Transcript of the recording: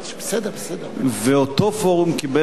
ואותו פורום קיבל את החלטתו,